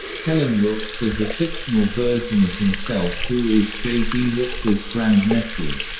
kellan lutz as a fictional version of himself who is j d. lutz's grand-nephew.